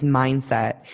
mindset